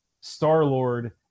Star-Lord